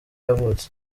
yavutse